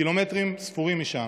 קילומטרים ספורים משם,